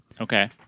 Okay